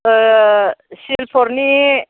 सिलफरनि